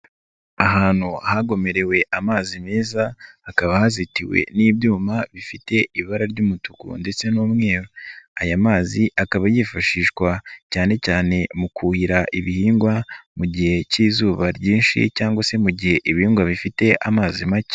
Ahantu hagomerewe amazi meza hakaba hazitiwe n'ibyuma bifite ibara ry'umutuku ndetse n'umweru, aya mazi akaba yifashishwa cyane cyane mu kuhira ibihingwa mu gihe cy'izuba ryinshi cyangwa se mu gihe ibihingwa bifite amazi make.